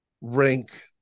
rank